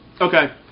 Okay